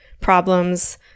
problems